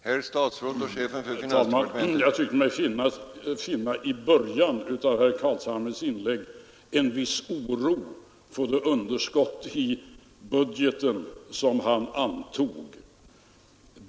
Herr talman! I början av herr Carlshamres inlägg tyckte jag mig finna en viss oro för det underskott i budgeten som han antog skulle uppstå.